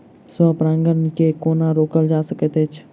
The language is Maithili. स्व परागण केँ कोना रोकल जा सकैत अछि?